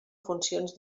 funcions